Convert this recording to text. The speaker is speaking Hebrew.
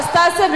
אנסטסיה,